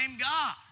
God